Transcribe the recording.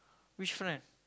which friend